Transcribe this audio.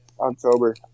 October